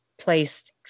placed